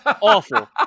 Awful